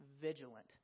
vigilant